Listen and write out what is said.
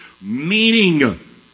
meaning